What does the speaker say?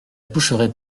toucherait